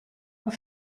auf